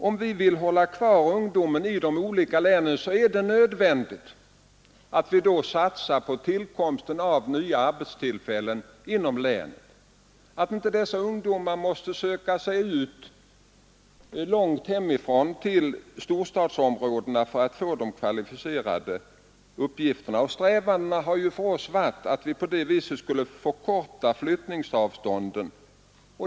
Om vi vill hålla kvar ungdomen i de olika länen är det nödvändigt att satsa på tillkomsten av nya arbetstillfällen inom länen, så att inte dessa ungdomar måste söka sig ut långt hemifrån till storstadsområdena för att få de kvalificerade uppgifterna. Strävandena har ju för oss varit att på det viset förkorta flyttningsavstånden.